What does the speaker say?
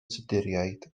tuduriaid